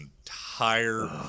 entire